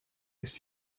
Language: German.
ist